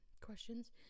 questions